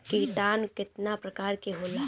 किटानु केतना प्रकार के होला?